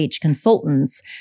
Consultants